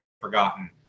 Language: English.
forgotten